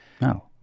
No